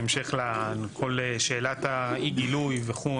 בהמשך לשאלת אי הגילוי וכו',